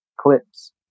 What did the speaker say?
clips